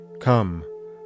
Come